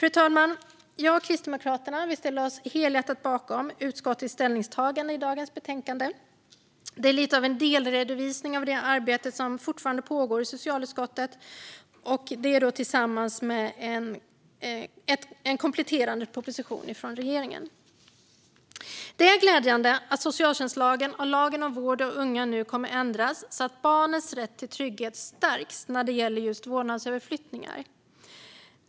Fru talman! Kristdemokraterna och jag ställer oss helhjärtat bakom utskottets ställningstagande i dagens betänkande. Det är lite av en delredovisning av det arbete som fortfarande pågår i socialutskottet tillsammans med en kompletterande proposition från regeringen. Det är glädjande att socialtjänstlagen och lagen om vård av unga nu kommer att ändras så att barnets rätt till trygghet stärks när det gäller just vårdnadsöverflyttningar.